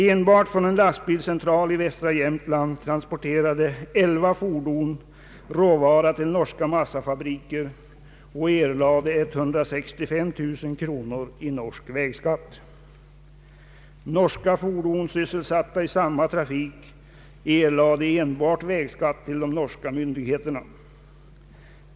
Enbart från en lastbilscentral i västra Jämtland transporterade elva fordon råvara till norska massafabriker och erlade 165 000 kronor i norsk vägskatt. Norska fordon sysselsatta i samma trafik erlade enbart vägskatt till de norska myndigheterna.